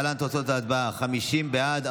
להלן תוצאות ההצבעה: 50 בעד,